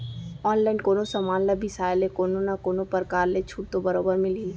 online कोनो समान ल बिसाय ले कोनो न कोनो परकार के छूट तो बरोबर मिलही